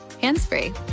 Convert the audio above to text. hands-free